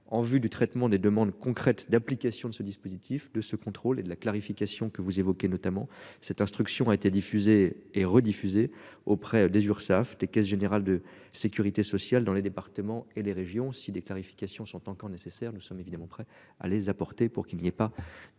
en vue du traitement des demandes concrètes d'application de ce dispositif de ce contrôle et de la clarification que vous évoquez notamment cette instruction a été diffusée et rediffusée auprès de l'Urssaf des Caisse Générale de Sécurité sociale dans les départements et les régions si des clarifications sont encore nécessaires. Nous sommes évidemment prêts à les apporter pour qu'il y ait pas